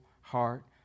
heart